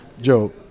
Joe